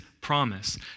promise